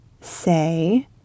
say